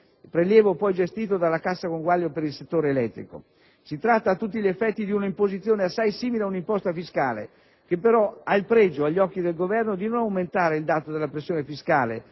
prelievo poi gestito dalla Cassa conguaglio per il settore elettrico. Si tratta a tutti gli effetti di un'imposizione assai simile a un'imposta fiscale, che ha però il pregio, agli occhi del Governo, di non aumentare il dato della pressione fiscale,